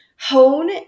hone